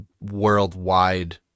worldwide